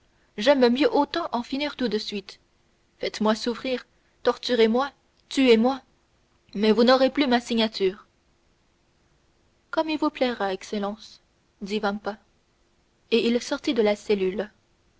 j'aime autant en finir tout de suite faites-moi souffrir torturez moi tuez-moi mais vous n'aurez plus ma signature comme il vous plaira excellence dit vampa et il sortit de la cellule